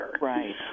Right